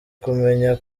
kumenya